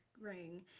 ring